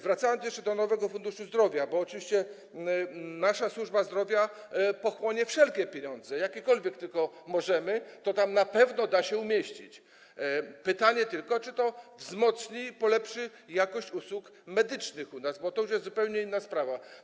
Wracam jeszcze do sprawy Narodowego Funduszu Zdrowia, bo oczywiście nasza służba zdrowia pochłonie wszelkie pieniądze, jakiekolwiek tylko możemy skierować, tam na pewno da się je umieścić, nasuwa się tylko pytanie, czy to wzmocni, polepszy jakość usług medycznych u nas, bo to już jest zupełnie inna sprawa.